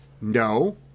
no